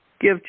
give